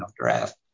draft